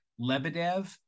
Lebedev